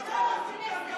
ממש לא גזל.